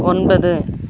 ஒன்பது